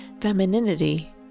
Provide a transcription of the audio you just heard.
femininity